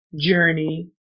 journey